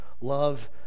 love